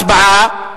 הצבעה.